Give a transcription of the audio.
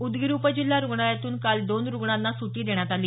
उदगीर उपजिल्हा रुग्णालयातून काल दोन रुग्णांना सुटी देण्यात आली